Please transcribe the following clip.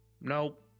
Nope